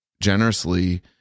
generously